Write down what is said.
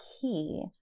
key